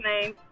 name